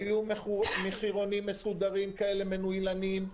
היו מחירונים מסודרים, מנוילנים.